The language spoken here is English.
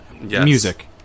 music